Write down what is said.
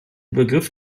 begriff